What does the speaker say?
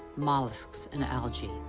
mollusks and algae.